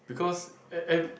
because ev~ ev~